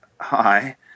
hi